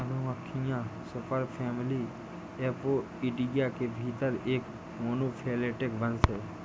मधुमक्खियां superfamily Apoidea के भीतर एक मोनोफैलेटिक वंश हैं